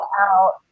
out